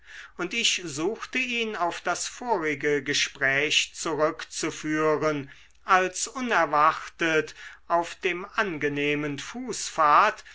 und ich suchte ihn auf das vorige gespräch zurückzuführen als unerwartet auf dem angenehmen